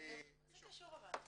-- אבל מה זה קשור?